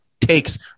takes